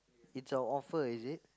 it's a offer is it